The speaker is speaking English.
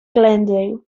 glendale